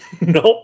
nope